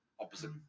opposite